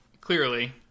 Clearly